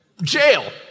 jail